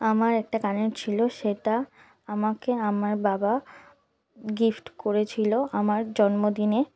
আমার একটা কানের ছিল সেটা আমাকে আমার বাবা গিফট করেছিলো আমার জন্মদিনে